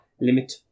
Limit